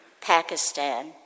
Pakistan